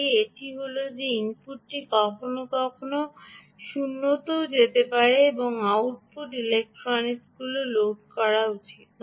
এটি হল যে ইনপুটটি কখনও কখনও 0 তেও যেতে পারে এবং আউটপুট ইলেকট্রনিক্সগুলি লোড করা উচিত নয়